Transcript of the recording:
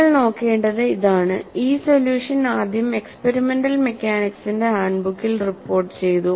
നിങ്ങൾ നോക്കേണ്ടത് ഇതാണ് ഈ സൊല്യൂഷൻ ആദ്യം എക്സ്പെരിമെന്റൽ മെക്കാനിക്സിന്റെ ഹാൻഡ്ബുക്കിൽ റിപ്പോർട്ടുചെയ്തു